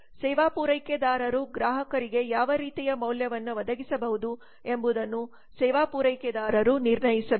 ಸೇವಾ ಪೂರೈಕೆದಾರರು ಗ್ರಾಹಕರಿಗೆ ಯಾವ ರೀತಿಯ ಮೌಲ್ಯವನ್ನು ಒದಗಿಸಬಹುದು ಎಂಬುದನ್ನು ಸೇವಾ ಪೂರೈಕೆದಾರರು ನಿರ್ಣಯಿಸಬೇಕು